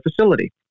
facility